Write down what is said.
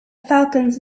falcons